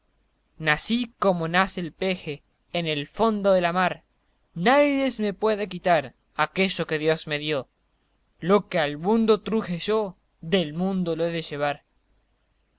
nací como nace el peje en el fondo de la mar naides me puede quitar aquello que dios me dio lo que al mundo truje yo del mundo lo he de llevar